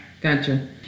Gotcha